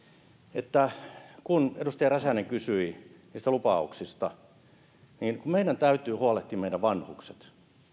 tämä kun edustaja räsänen kysyi niistä lupauksista meidän täytyy huolehtia meidän vanhukset